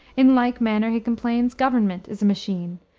in like manner, he complains, government is a machine.